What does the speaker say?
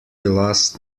last